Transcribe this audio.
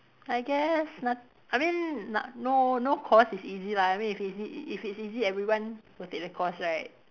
I guess not~ I mean not~ no no course is easy lah I mean if easy it's easy everyone would take the course right